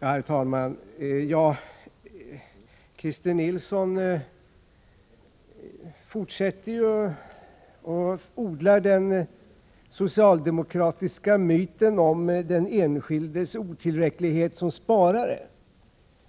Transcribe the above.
Herr talman! Christer Nilsson fortsätter att odla den socialdemokratiska myten om den enskildes otillräcklighet som sparare.